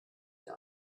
dir